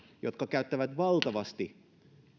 jotka käyttävät valtavasti